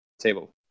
table